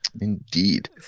Indeed